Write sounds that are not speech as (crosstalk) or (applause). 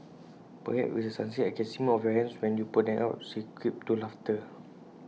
perhaps if it's succinct I can see more of your hands when you put them up she quipped to laughter (noise)